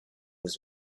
was